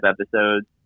episodes